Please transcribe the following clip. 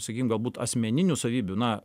sakykim galbūt asmeninių savybių na